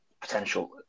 potential